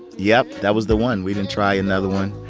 yep. that was the one. we didn't try another one.